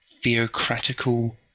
theocratical